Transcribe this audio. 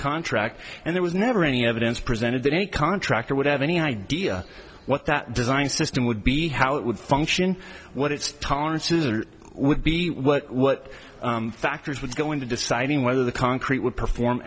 contract and there was never any evidence presented that any contractor would have any idea what that design system would be how it would function what its tolerances are would be what what factors would go into deciding whether the concrete would perform